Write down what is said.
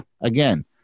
again